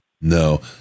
no